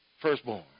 Firstborn